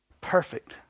Perfect